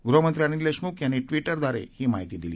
गृहमंत्री अनिल देशमुख यांनी ट्विटरद्वारे ही माहिती दिली